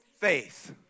faith